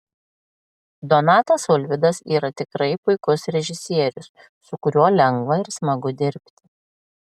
donatas ulvydas yra tikrai puikus režisierius su kuriuo lengva ir smagu dirbti